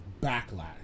backlash